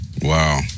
Wow